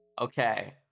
Okay